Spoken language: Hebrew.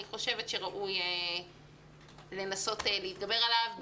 אני חושבת שראוי לנסות להתגבר עליו,